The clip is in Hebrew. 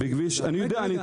אני יודע.